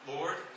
Lord